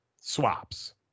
swaps